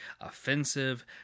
offensive